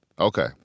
Okay